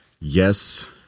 yes